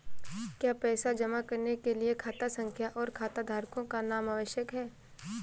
क्या पैसा जमा करने के लिए खाता संख्या और खाताधारकों का नाम आवश्यक है?